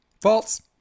false